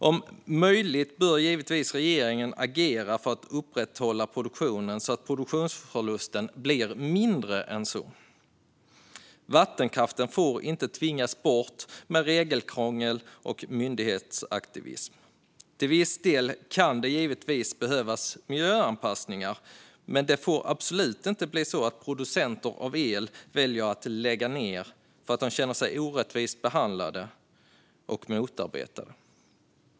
Om möjligt bör givetvis regeringen agera för att upprätthålla produktionen så att produktionsförlusten blir mindre än så. Vattenkraften får inte tvingas bort med regelkrångel och myndighetsaktivism. Till viss del kan det givetvis behövas miljöanpassningar, men det får absolut inte bli så att producenter av el väljer att lägga ned för att de känner sig orättvist behandlade och motarbetade.